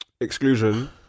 exclusion